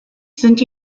sind